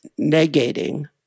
negating